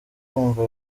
kumva